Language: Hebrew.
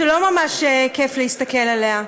שלא ממש כיף להסתכל עליה.